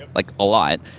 like, a lot.